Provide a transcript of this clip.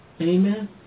Amen